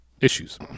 issues